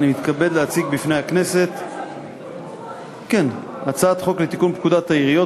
אני מתכבד להציג בפני הכנסת הצעת חוק לתיקון פקודת העיריות